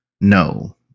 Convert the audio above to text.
No